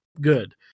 good